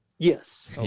Yes